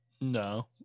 no